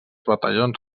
batallons